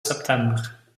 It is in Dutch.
september